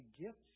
gifts